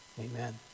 Amen